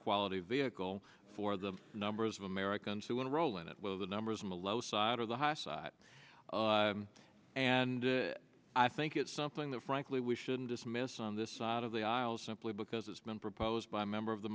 quality vehicle for the numbers of americans who want to roll in it will the numbers on the low side or the high side and i think it's something that frankly we shouldn't dismiss on this side of the aisle simply because it's been proposed by a member of the